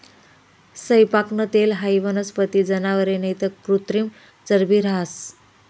सैयपाकनं तेल हाई वनस्पती, जनावरे नैते कृत्रिम चरबी रहास